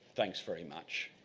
thanks very much.